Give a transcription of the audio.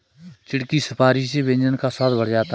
चिढ़ की सुपारी से व्यंजन का स्वाद बढ़ जाता है